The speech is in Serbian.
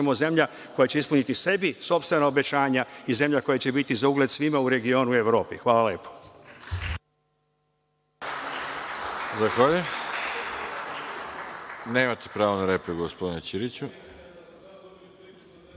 zemlja koja će ispuniti sebi sopstvena obećanja i zemlja koja će biti za ugled svima u regionu i u Evropi. Hvala lepo.